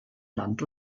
land